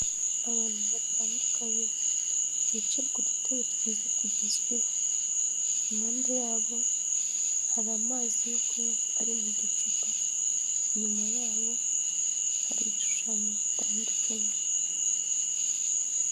Abantu batandukanye. Bicaye ku dutebe twiza tugezweho. Impande yabo, hari amazi kunywa ari mu ducupa. Inyuma yabo hari ibishushanyo bitandukanye.